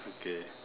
okay